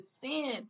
sin